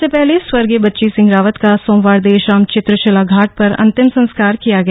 इससे पहले स्वर्गीय बच्ची सिंह रावत का सोमवार देर शाम चित्रशिलाघाट पर अंतिम संस्कार किया गया